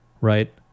right